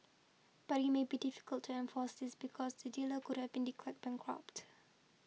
but it may be difficult to enforce this because the dealer could have been declared bankrupt